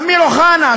אמיר אוחנה,